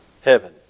Heaven